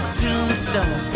tombstone